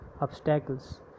obstacles